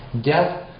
Death